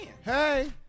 hey